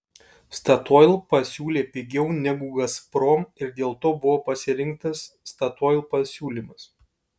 statoil pasiūlė pigiau negu gazprom ir dėl to buvo pasirinktas statoil pasiūlymas